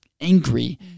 angry